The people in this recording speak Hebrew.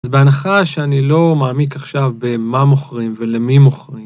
אז בהנחה שאני לא מעמיק עכשיו במה מוכרים ולמי מוכרים.